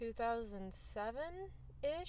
2007-ish